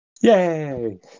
Yay